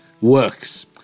works